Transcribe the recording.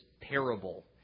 parable